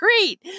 great